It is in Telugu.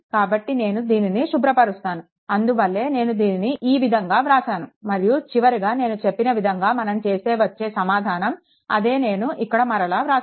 కాబట్టి నేను దీనిని శుభ్రపరుస్తాను అందువల్లే నేను దీనిని ఈ విధంగా వ్రాసాను మరియు చివరిగా నేను చెప్పిన విధంగా మనం చేస్తే వచ్చే సమాధానం అదే నేను ఇక్కడ మరల వ్రాసాను